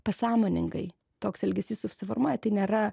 pasąmoningai toks elgesys susiformuoja tai nėra